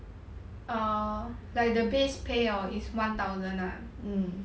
err like the base pay hor is one thousand lah